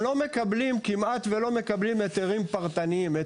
הם כמעט ולא מקבלים היתרים פרטניים.